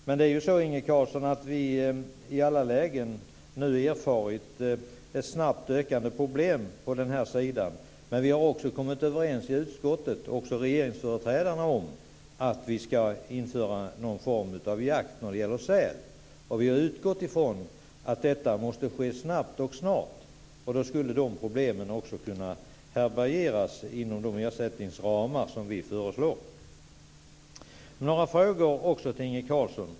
Men, Inge Carlsson, vi har ju nu i alla lägen erfarit ett snabbt ökande problem på den sidan och vi har också kommit överens i utskottet - det gäller även regeringsföreträdarna - om att någon form av jakt på säl ska införas. Vi har utgått från att detta måste ske snabbt, och snart. Då skulle de problemen också kunna härbärgeras inom de ersättningsramar som vi föreslår.